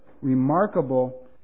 remarkable